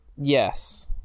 Yes